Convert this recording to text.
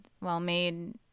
well-made